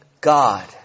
God